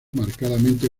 marcadamente